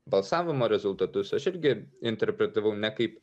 balsavimo rezultatus aš irgi interpretavau ne kaip